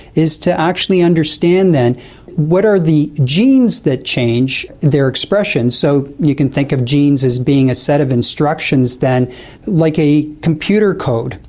is to actually understand then what are the genes that change their expression. so you can think of genes as being a set of instructions, like a computer code,